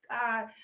God